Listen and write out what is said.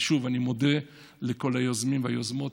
שוב, אני מודה לכל היוזמים והיוזמות.